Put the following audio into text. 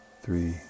three